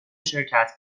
شرکت